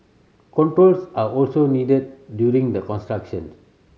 controls are also needed during the construction